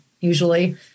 usually